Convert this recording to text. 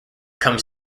comes